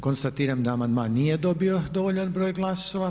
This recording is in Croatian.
Konstatiram da amandman nije dobio dovoljan broj glasova.